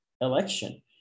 election